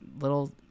little